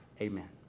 Amen